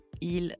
Il